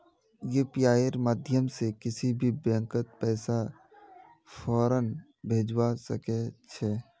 यूपीआईर माध्यम से किसी भी बैंकत पैसा फौरन भेजवा सके छे